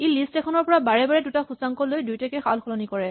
ই list এখনৰ পৰা বাৰে বাৰে দুটা সূচাংক লৈ দুয়োটাকে সলনাসলনি কৰে